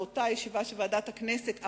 באותה ישיבה של ועדת הכנסת,